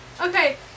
okay